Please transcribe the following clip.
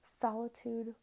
solitude